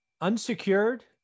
Unsecured